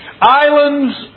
islands